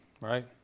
right